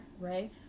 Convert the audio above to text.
right